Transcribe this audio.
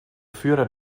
führer